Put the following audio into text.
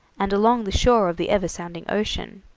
and along the shore of the ever-sounding ocean,